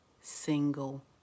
single